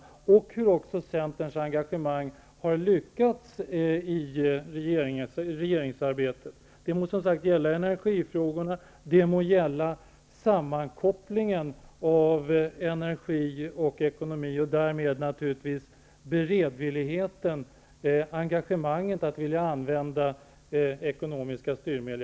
Hon kan också se hur centerns engagemang har lyckats i regeringsarbetet; det må gälla energifrågorna eller sammankopplingen av energi och ekonomi och därmed också beredvilligheten att vilja använda ekonomiska styrmedel.